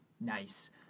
Nice